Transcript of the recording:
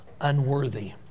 unworthy